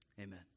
Amen